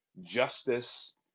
justice